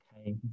Okay